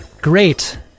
great